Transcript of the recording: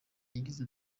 yagize